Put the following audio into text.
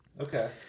Okay